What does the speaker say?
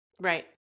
Right